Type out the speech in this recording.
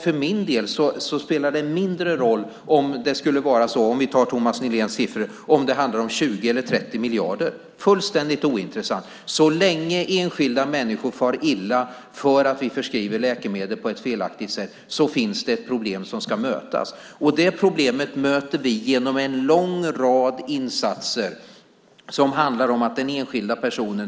För min del spelar det mindre roll om det handlar om 20 eller 30 miljarder - om vi tar Thomas Nihléns siffror. Det är fullständigt ointressant. Så länge enskilda människor far illa för att vi förskriver läkemedel på ett felaktigt sätt finns det ett problem som ska mötas. Det problemet möter vi genom en lång rad insatser. Det handlar om enskilda personer.